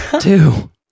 Two